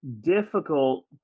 difficult